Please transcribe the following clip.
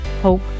hope